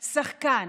שחקן.